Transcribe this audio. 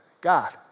God